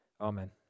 Amen